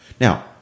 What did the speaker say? Now